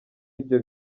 ibyo